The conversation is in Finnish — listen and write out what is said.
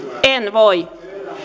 en voi